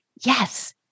Yes